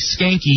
skanky